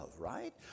right